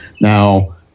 Now